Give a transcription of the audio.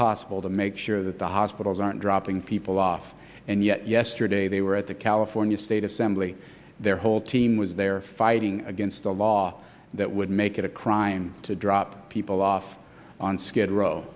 possible to make sure that the hospitals aren't dropping people off and yet yesterday they were at the california state assembly their whole team was there fighting against a law that would make it a crime to drop people off on skid row